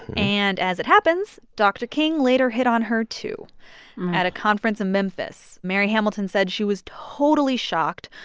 and as it happens, dr. king later hit on her too at a conference in memphis. mary hamilton said she was totally shocked.